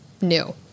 new